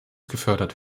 gefördert